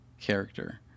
character